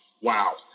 Wow